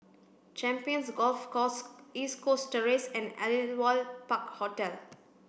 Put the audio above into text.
Champions Golf Course East Coast Terrace and Aliwal Park Hotel